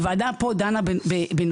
הוועדה פה דנה בנושאים,